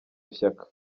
shyaka